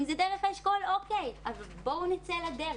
אם זה דרך האשכול, אוקיי, אבל בואו נצא לדרך.